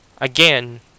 again